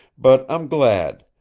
but i'm glad,